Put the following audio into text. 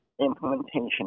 implementation